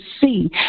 see